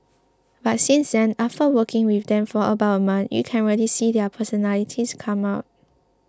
but since then after working with them for about a month you can really see their personalities come out